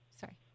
Sorry